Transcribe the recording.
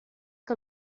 que